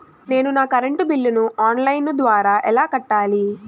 నేను నా కరెంటు బిల్లును ఆన్ లైను ద్వారా ఎలా కట్టాలి?